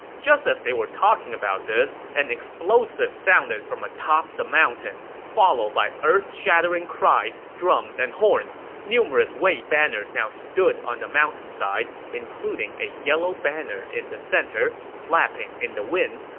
just as they were talking about this, an explosive sounded from atop the mountain, followed by earth-shattering cries, drums, and horns. numerous wei banners now stood on the mountainside, including a yellow banner in the center, flapping in the wind,